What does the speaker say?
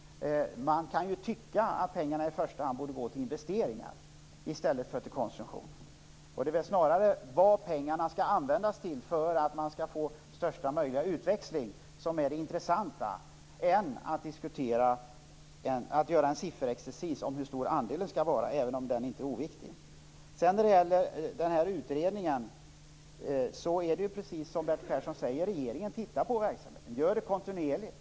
Man kan ju tycka att pengarna i första hand borde gå till investeringar i stället för till konsumtion. Att diskutera vad pengarna skall användas till för att man skall få största möjliga utväxling är väl intressantare än att göra en sifferexersis om hur stor andelen skall vara, även om det inte är oviktigt. I fråga om utredningen är det precis så, som Bertil Persson säger, att regeringen ser över verksamheten. Det gör man kontinuerligt.